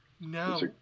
No